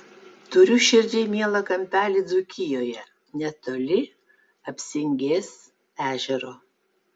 turiu širdžiai mielą kampelį dzūkijoje netoli apsingės ežero